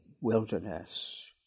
wilderness